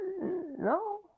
no